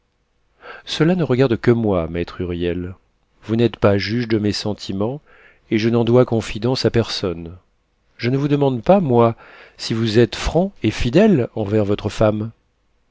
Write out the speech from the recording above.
cela ne regarde que moi maître huriel vous n'êtes pas juge de mes sentiments et je n'en dois confidence à personne je ne vous demande pas moi si vous êtes franc et fidèle envers votre femme